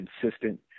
consistent